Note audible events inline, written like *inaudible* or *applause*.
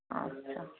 *unintelligible*